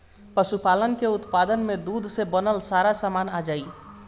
पशुपालन के उत्पाद में दूध से बनल सारा सामान आ जाई